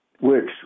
works